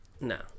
No